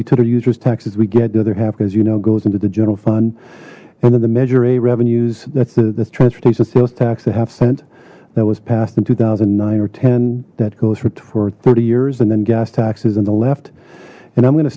total users taxes we get the other half because you know goes into the general fund and then the measure a revenues that's the transportation sales tax a half cent that was passed in two thousand and nine or ten that goes for thirty years and then gas taxes on the left and i'm gonna